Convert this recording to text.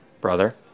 brother